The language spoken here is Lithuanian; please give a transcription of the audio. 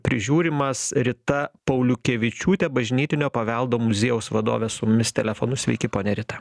prižiūrimas rita pauliukevičiūtė bažnytinio paveldo muziejaus vadovė su mumis telefonu sveiki ponia rita